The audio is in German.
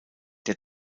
der